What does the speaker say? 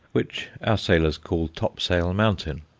which our sailors call topsail mountain,